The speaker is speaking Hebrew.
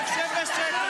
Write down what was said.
שב בשקט.